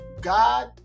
God